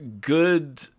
good